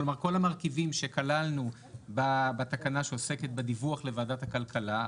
כלומר כל המרכיבים שכללנו בתקנה שעוסקת בדיווח לוועדת הכלכלה,